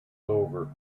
over